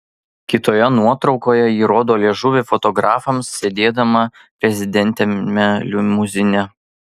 kitoje nuotraukoje ji rodo liežuvį fotografams sėdėdama prezidentiniame limuzine